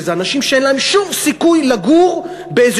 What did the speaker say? וזה אנשים שאין להם שום סיכוי לגור תחת